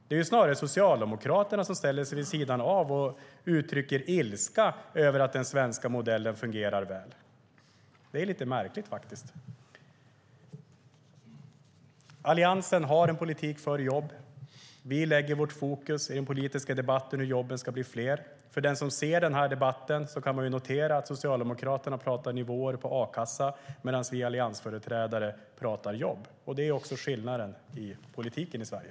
Det är snarare Socialdemokraterna som ställer sig vid sidan av och uttrycker ilska över att den svenska modellen fungerar väl. Det är lite märkligt. Alliansen har en politik för jobb. Vi sätter vårt fokus i den politiska debatten på hur jobben ska bli fler. Den som lyssnar på debatten kan notera att Socialdemokraterna talar om nivåer på a-kassa medan vi alliansföreträdare talar om jobb. Det är också skillnaden i politiken i Sverige.